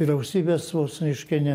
vyriausybės vos reiškia ne